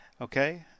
Okay